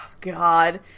God